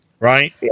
Right